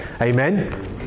amen